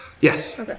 Yes